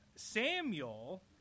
Samuel